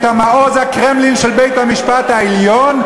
את מעוז הקרמלין של בית-המשפט העליון,